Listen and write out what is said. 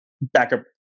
Backup